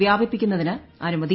വ്യാപിപ്പിക്കുന്നതിന് അനുമതി